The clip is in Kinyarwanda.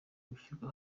bishyirwa